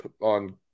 on